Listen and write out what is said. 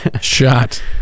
Shot